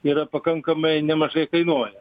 yra pakankamai nemažai kainuoja